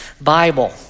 Bible